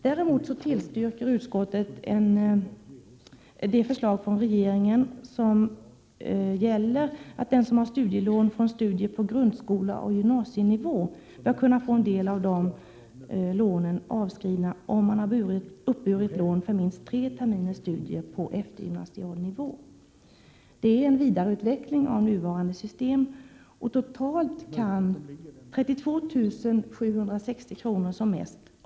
Däremot tillstyrker utskottet förslaget från regeringen att den som har studielån från studier på grundskoleoch gymnasienivå bör kunna få en del av de lånen avskrivna om vederbörande uppburit lån för minst tre terminers studier på eftergymnasial nivå. Det är en vidareutveckling av nuvarande system, och totalt kan som mest 32 760 kr.